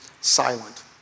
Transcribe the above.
silent